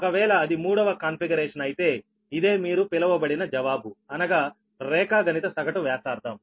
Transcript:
ఒకవేళ అది మూడవ కాన్ఫిగరేషన్ అయితే ఇదే మీరు పిలవబడిన జవాబు అనగా రేఖాగణిత సగటు వ్యాసార్థం